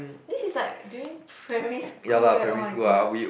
this is like during primary school oh-my-god